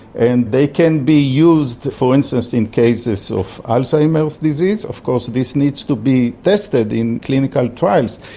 and they can be used for instance in cases of alzheimer's disease. of course this needs to be tested in clinical trials,